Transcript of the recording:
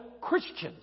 Christians